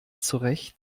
zurecht